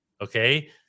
Okay